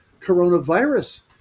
coronavirus